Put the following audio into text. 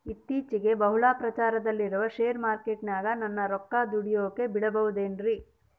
ಇತ್ತೇಚಿಗೆ ಬಹಳ ಪ್ರಚಾರದಲ್ಲಿರೋ ಶೇರ್ ಮಾರ್ಕೇಟಿನಾಗ ನನ್ನ ರೊಕ್ಕ ದುಡಿಯೋಕೆ ಬಿಡುಬಹುದೇನ್ರಿ?